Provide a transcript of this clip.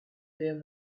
their